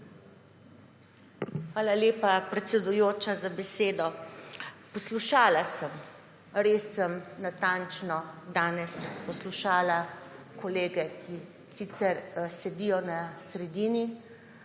Hvala lepa, predsedujoča, za besedo. Poslušala sem, res sem natančno danes poslušala kolege, ki sicer sedijo na sredini,